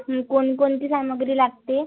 कोणकोणती सामग्री लागते